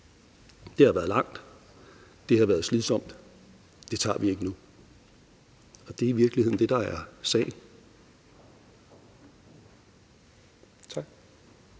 Det har været langt, og det har været slidsomt; det tager vi ikke nu. Og det er i virkeligheden det, der er sagen. Tak.